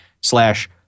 slash